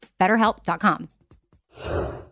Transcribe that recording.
BetterHelp.com